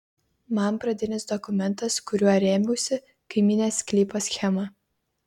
man pradinis dokumentas kuriuo rėmiausi kaimynės sklypo schema